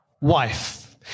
wife